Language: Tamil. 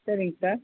சரிங் சார்